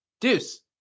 Deuce